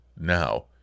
Now